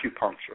acupuncture